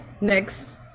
next